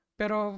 pero